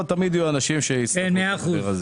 ותמיד יהיו אנשים שישמחו לשמוע אותו.